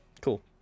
Cool